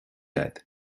agat